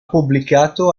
pubblicato